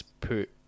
put